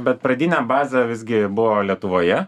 bet pradinė bazė visgi buvo lietuvoje